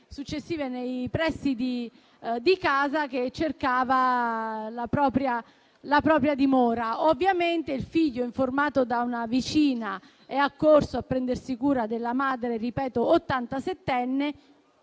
successivo nei pressi di casa, in cerca della propria dimora. Ovviamente il figlio, informato da una vicina, è accorso a prendersi cura della madre - ripeto